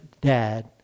dad